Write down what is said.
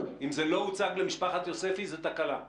אם זה לא הוצג למשפחת יוספי, זו תקלה.